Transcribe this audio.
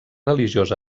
religiós